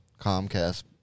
Comcast